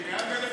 זה קיים ב-1950.